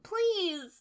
please